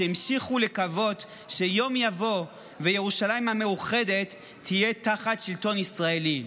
והם המשיכו לקוות שיום יבוא וירושלים המאוחדת תהיה תחת שלטון ישראלי.